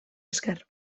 esker